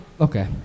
Okay